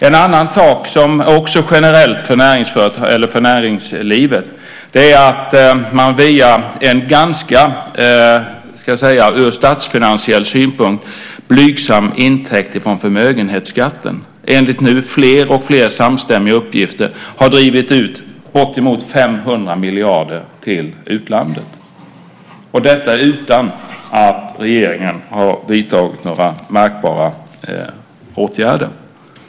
En annan sak som också är generell för näringslivet är att man via en ur statsfinansiell synpunkt ganska blygsam intäkt från förmögenhetsskatten enligt fler och fler samstämmiga uppgifter har drivit ut bortemot 500 miljarder till utlandet - detta utan att regeringen har vidtagit några märkbara åtgärder.